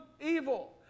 evil